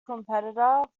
competitor